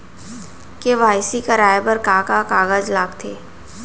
KYC कराये बर का का कागज लागथे?